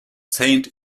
saint